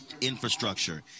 infrastructure